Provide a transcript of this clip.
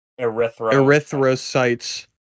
erythrocytes